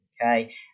okay